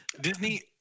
Disney